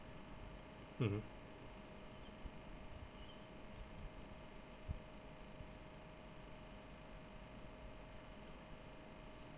mmhmm